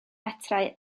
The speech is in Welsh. metrau